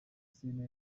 serena